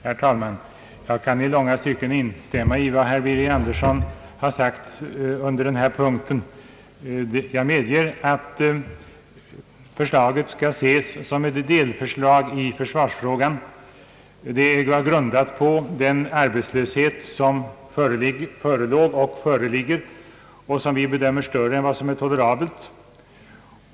Herr talman! Jag kan i långa stycken instämma i vad herr Birger Andersson sagt under denna punkt. Jag medger sålunda att förslaget skall ses som ett delförslag i försvarsfrågan. Det är föranlett av den arbetslöshet, som förelåg och föreligger och som vi bedömer större än vad som är tolerabelt.